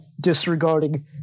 disregarding